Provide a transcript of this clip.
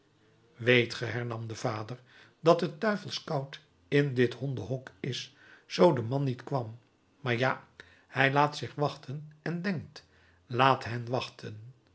weet ge hernam de vader dat het duivels koud in dit hondenhok is zoo de man niet kwam maar ja hij laat zich wachten en denkt laat hen wachten